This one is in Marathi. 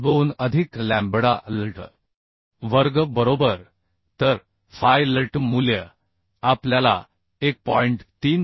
2 अधिक लॅम्बडा Lt वर्ग बरोबर तर फाय Lt मूल्य आपल्याला 1